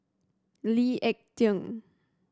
Lee Ek Tieng